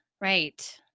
right